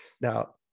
Now